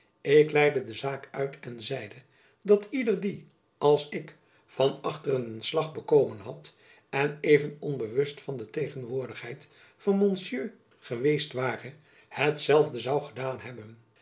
ik leide de zaak uit en zeide dat ieder die als ik van achteren een slag bekomen had en even onbewust van de tegenwoordigheid van monsieur geweest ware hetzelfde zoû gedaan hebben